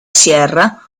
sierra